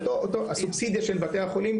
הסובסידיה של בתי החולים,